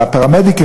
הפרמדיקים,